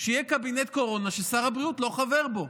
שיהיה קבינט קורונה ששר הבריאות לא חבר בו.